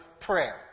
prayer